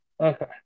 Okay